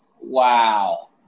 Wow